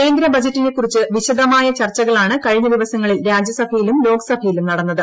കേന്ദ്ര ബജറ്റിനെക്കുറിച്ച് വിശദമായ ചർച്ചകളാണ് കഴിഞ്ഞ ദിവസങ്ങളിൽ രാജ്യൂസഭയിലും ലോക്സഭയിലും നടന്നത്